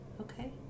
Okay